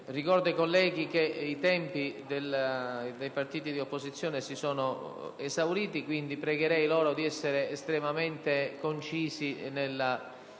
Ricordo ai colleghi che i tempi dei Gruppi di opposizione si sono esauriti; quindi, pregherei loro di essere estremamente concisi